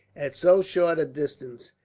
at so short a distance,